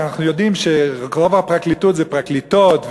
הרי אנחנו יודעים שרוב הפרקליטוּת זה פרקליטוֹת,